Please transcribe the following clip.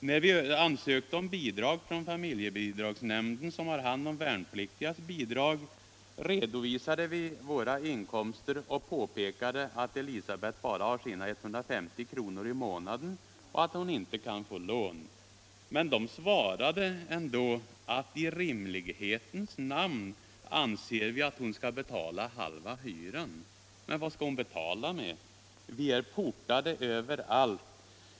—- När vi ansökte om bidrag från familjebidragsnämnden som har hand om värnpliktigas bidrag, redovisade vi våra inkomster och påpekade att Elisabeth bara har sina 150 kronor i månaden och att hon inte kan få lån. Men dom svarade ändå, att "i rimlighetens namn anser vi att hon ska betala halva hyran". Men vad ska hon betala med? —- Vi är portade överallt.